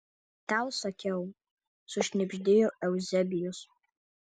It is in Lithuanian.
tau sakiau sušnibždėjo euzebijus